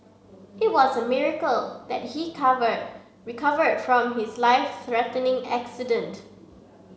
it was a miracle that he covered recover from his life threatening accident